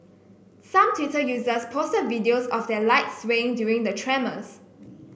some Twitter users posted videos of their lights swaying during the tremors